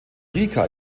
rica